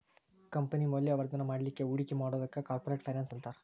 company ಮೌಲ್ಯವರ್ಧನ ಮಾಡ್ಲಿಕ್ಕೆ ಹೂಡಿಕಿ ಮಾಡೊದಕ್ಕ ಕಾರ್ಪೊರೆಟ್ ಫೈನಾನ್ಸ್ ಅಂತಾರ